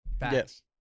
Yes